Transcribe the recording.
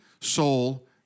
soul